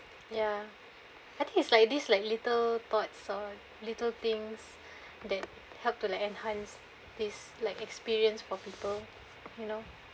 ya I think it's like this like little tots or little things that help to like enhance these like experience for people you know